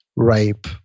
rape